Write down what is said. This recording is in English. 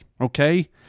okay